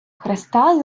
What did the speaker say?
хреста